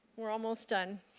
we are almost done.